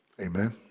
Amen